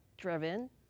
driven